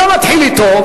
אתה מתחיל אתו,